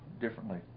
differently